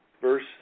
verse